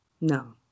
No